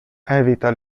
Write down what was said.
evita